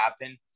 happen